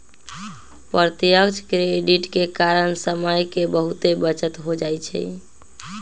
प्रत्यक्ष क्रेडिट के कारण समय के बहुते बचत हो जाइ छइ